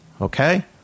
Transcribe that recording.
okay